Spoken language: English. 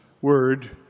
word